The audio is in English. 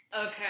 Okay